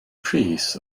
pris